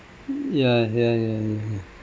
ya ya ya ya ya